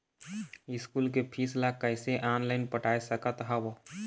School के fees ला कैसे ऑनलाइन पटाए सकत हव?